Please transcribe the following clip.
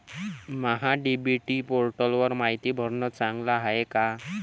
महा DBT पोर्टलवर मायती भरनं चांगलं हाये का?